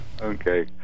Okay